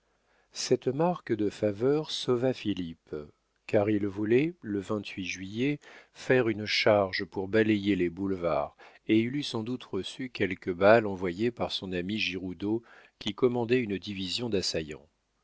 cette marque de faveur sauva philippe car il voulait le juillet faire une charge pour balayer les boulevards et il eût sans doute reçu quelque balle envoyée par son ami giroudeau qui commandait une division d'assaillants